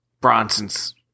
bronson's